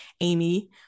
Amy